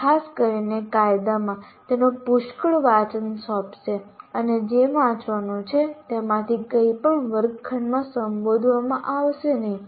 ખાસ કરીને કાયદામાં તેઓ પુષ્કળ વાંચન સોંપશે અને જે વાંચવાનું છે તેમાંથી કંઈપણ વર્ગખંડમાં સંબોધવામાં આવશે નહીં